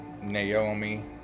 Naomi